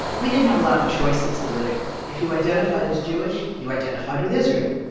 we didn't have a lot of choices politically. if you identified as jewish, you identified with israel.